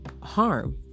harm